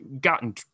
gotten